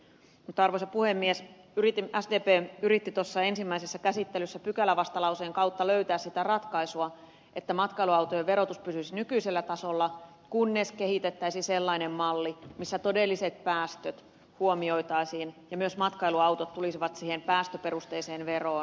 mutta arvoisa puhemies sdp yritti tuossa ensimmäisessä käsittelyssä pykälävastalauseen kautta löytää sitä ratkaisua että matkailuautojen verotus pysyisi nykyisellä tasolla kunnes kehitettäisiin sellainen malli jossa todelliset päästöt huomioitaisiin ja myös matkailuautot tulisivat mukaan siihen päästöperusteiseen veroon